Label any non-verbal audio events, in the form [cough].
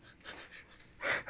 [laughs]